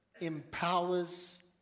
empowers